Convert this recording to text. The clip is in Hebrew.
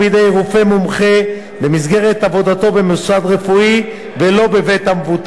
רופא מומחה במסגרת עבודתו במוסד רפואי ולא בבית המבוטח.